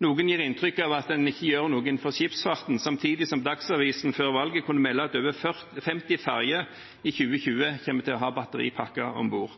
Noen gir inntrykk av at en ikke gjør noe innenfor skipsfarten, samtidig som Dagsavisen før valget kunne melde at over 50 ferjer i 2020 kommer til å ha batteripakker om bord,